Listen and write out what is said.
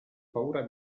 paura